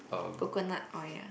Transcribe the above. coconut oil ah